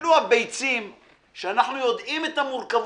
אנחנו יודעים את המורכבות.